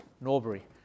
Norbury